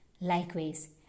Likewise